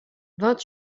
vingt